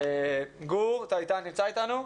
אתה נמצא אתנו?